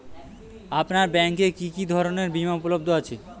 আপনার ব্যাঙ্ক এ কি কি ধরনের বিমা উপলব্ধ আছে?